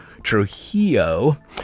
Trujillo